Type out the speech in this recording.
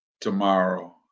tomorrow